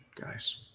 guys